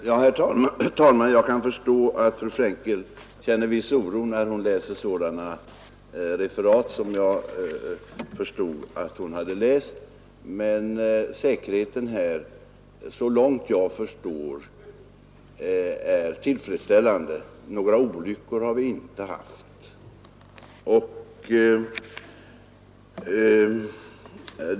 Herr talman! Jag kan förstå att fru Frenkel känner viss oro när hon läser sådana referat som hon hänvisar till. Men säkerheten är så långt jag vet tillfredsställande. Några olyckor har vi inte haft.